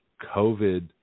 COVID